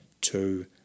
two